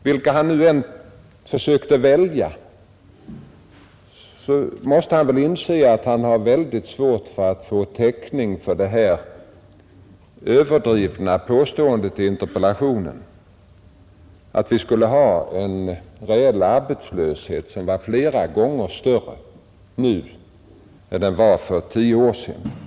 Vilka han nu än försökte välja, måste han väl inse att han hade ytterst svårt att få täckning för påståendet i interpellationen, att vi skulle ha en reell arbetslöshet som är flera gånger större än den var för tio år sedan.